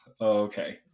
Okay